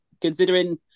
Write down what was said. Considering